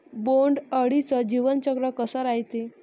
बोंड अळीचं जीवनचक्र कस रायते?